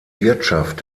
wirtschaft